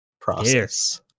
Process